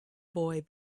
boy